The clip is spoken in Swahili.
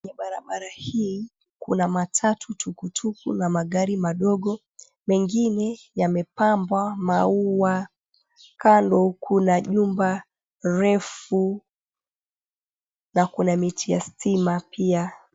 Barabara hii kuna matatu tukutuku na magari madogo, mengine yamepambwa maua, kando na jumba refu na kuna miti ya stima pia.